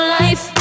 life